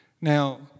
Now